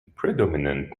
predominant